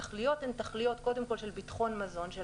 התכליות הן קודם כול של ביטחון מזון של